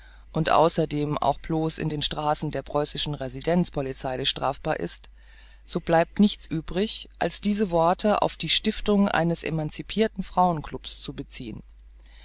und außerdem auch bloß in den straßen der preußischen residenz polizeilich strafbar ist so bleibt nichts übrig als diese worte auf die stiftung eines emancipirten frauenklubbs zu beziehen